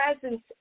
presence